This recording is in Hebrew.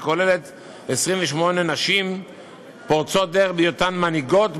שכוללת 28 נשים פורצות דרך בהיותן מנהיגות,